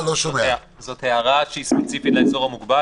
זאת הערה שהיא ספציפית לאזור המוגבל